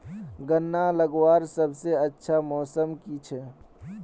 गन्ना लगवार सबसे अच्छा मौसम की छे?